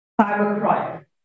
cybercrime